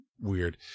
weird